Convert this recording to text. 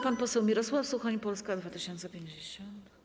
Pan poseł Mirosław Suchoń, Polska 2050.